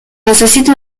necesita